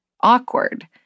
awkward